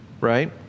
right